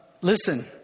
listen